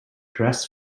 dress